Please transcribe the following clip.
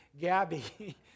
Gabby